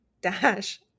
dash